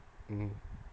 mm